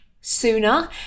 sooner